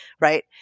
Right